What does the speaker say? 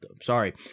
sorry